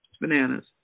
Bananas